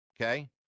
okay